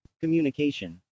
Communication